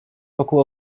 wokół